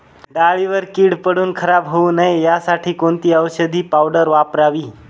डाळीवर कीड पडून खराब होऊ नये यासाठी कोणती औषधी पावडर वापरावी?